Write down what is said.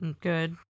good